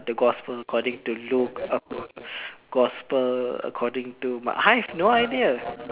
the gospel according to luke gospel according to m~ I have no idea